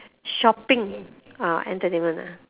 shopping orh entertainment ah